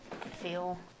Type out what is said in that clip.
Feel